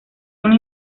una